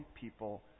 people